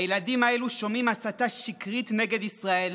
הילדים הללו שומעים הסתה שקרית נגד ישראל,